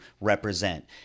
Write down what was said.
represent